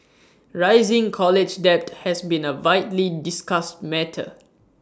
rising college debt has been A widely discussed matter